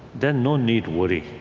then no need worry.